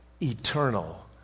eternal